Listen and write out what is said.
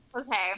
okay